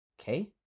Okay